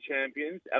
champions